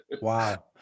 wow